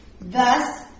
Thus